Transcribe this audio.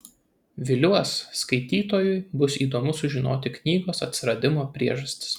viliuos skaitytojui bus įdomu sužinoti knygos atsiradimo priežastis